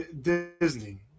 Disney